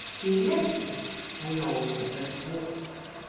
he left it, along of a dwarf.